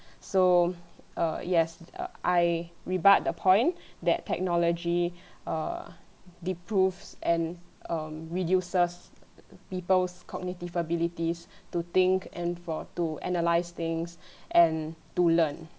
so err yes I rebut the point that technology err deproves and um reduces people's cognitive abilities to think and for to analyse things and to learn